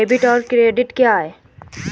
Debit और credit क्या है?